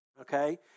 okay